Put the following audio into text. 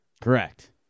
Correct